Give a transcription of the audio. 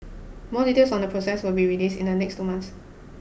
more details on the process will be released in the next two months